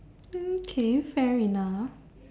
okay fair enough